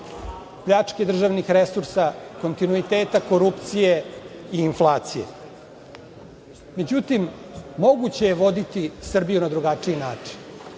pljačke državnih resursa, kontinuiteta korupcije i inflacije.Međutim, moguće je voditi Srbiju na drugačiji način.